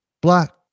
black